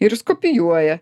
ir jis kopijuoja